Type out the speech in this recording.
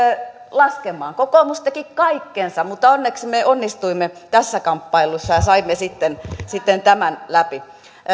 laskemaan kokoomus teki kaikkensa mutta onneksi me onnistuimme tässä kamppailussa ja saimme sitten tämän läpi